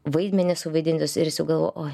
vaidmenis suvaidintus ir jau galvoja oj